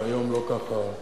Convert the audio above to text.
והיום לא ככה,